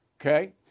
okay